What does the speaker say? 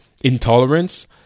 intolerance